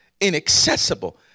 inaccessible